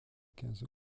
quinze